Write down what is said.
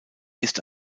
ist